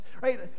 Right